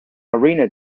arena